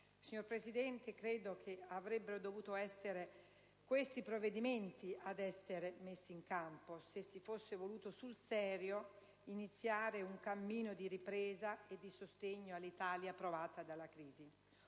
Signor Presidente, credo che avrebbero dovuto essere messi in campo provvedimenti come questi, se si fosse voluto sul serio iniziare un cammino di ripresa e sostegno all'Italia provata dalla crisi.